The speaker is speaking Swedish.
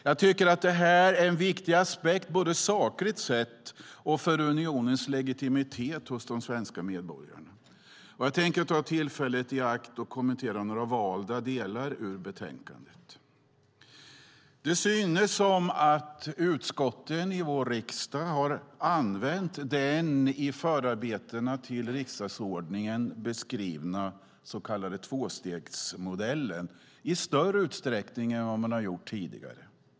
Jag tycker att det här är en viktig aspekt både sakligt sett och för unionens legitimitet hos de svenska medborgarna. Jag tänker ta tillfället i akt och kommentera valda delar av betänkandet. Det synes som att utskotten i vår riksdag har använt den i förarbetena till riksdagsordningen beskrivna så kallade tvåstegsmodellen i större utsträckning än vad man har gjort tidigare.